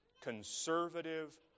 conservative